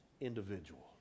individual